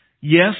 Yes